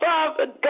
Father